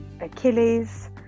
achilles